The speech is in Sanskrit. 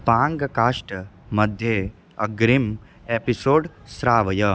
पाङ्गकास्ट् मध्ये अग्रिमम् एपिसोड् श्रावय